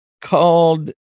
called